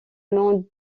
nom